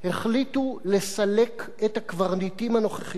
החליטו לסלק את הקברניטים הנוכחיים.